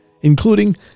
including